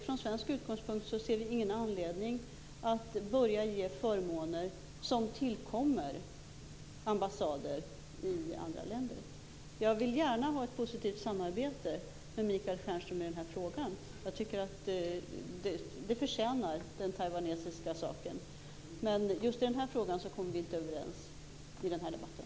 Från svensk utgångspunkt ser vi ingen anledning att börja ge förmåner som tillkommer ambassader i andra länder. Jag vill gärna ha ett positivt samarbete med Michael Stjernström i den här frågan. Jag tycker att den taiwanesiska saken förtjänar det. Men just i den här frågan kommer vi inte överens i den här debatten.